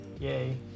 Yay